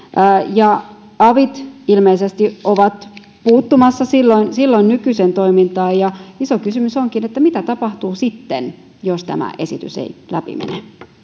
ja avit ilmeisesti ovat puuttumassa silloin silloin nykyiseen toimintaan ja iso kysymys onkin mitä tapahtuu sitten jos tämä esitys ei läpi mene